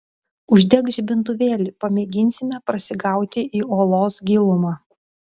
uždek žibintuvėlį pamėginsime prasigauti į olos gilumą